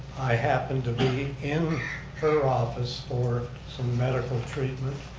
i happened to be in her office for some medical treatment,